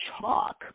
chalk